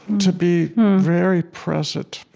to be very present.